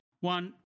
one